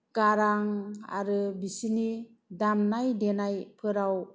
गारां आरो बिसोरनि दामनाय देनायफोराव